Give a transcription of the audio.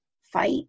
fight